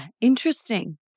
Interesting